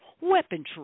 weaponry